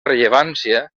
rellevància